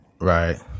Right